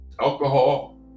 Alcohol